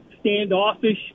standoffish